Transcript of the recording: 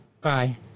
Bye